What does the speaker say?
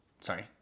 Sorry